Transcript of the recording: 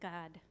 God